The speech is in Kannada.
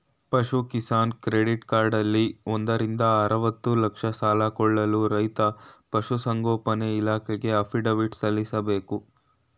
ಪಶು ಕಿಸಾನ್ ಕ್ರೆಡಿಟ್ ಕಾರ್ಡಲ್ಲಿ ಒಂದರಿಂದ ಅರ್ವತ್ತು ಲಕ್ಷ ಸಾಲ ಕೊಳ್ಳಲು ರೈತ ಪಶುಸಂಗೋಪನೆ ಇಲಾಖೆಗೆ ಅಫಿಡವಿಟ್ ಸಲ್ಲಿಸ್ಬೇಕು